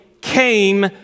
came